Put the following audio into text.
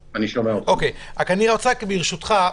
ברשותך,